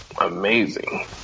amazing